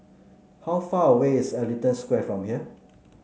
how far away is Ellington Square from here